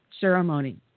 ceremony